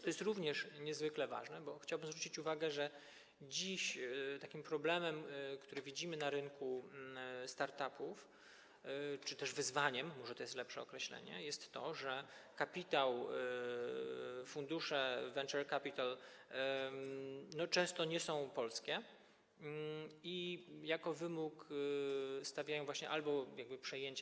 To jest również niezwykle ważne, bo chciałbym zwrócić uwagę, że dziś takim problemem, który widzimy na rynku start -upów, czy też wyzwaniem - może to jest lepsze określenie - jest to, że kapitał, fundusze venture capital często nie są polskie i jako wymóg stawiają właśnie de facto przejęcie.